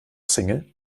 single